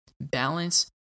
Balance